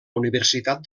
universitat